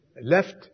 left